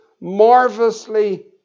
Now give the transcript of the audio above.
marvelously